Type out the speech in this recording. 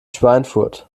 schweinfurt